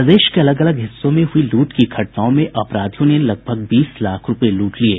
प्रदेश के अलग अलग हिस्सों में हयी लूट की घटनाओं में अपराधियों ने लगभग बीस लाख रूपये लूट लिये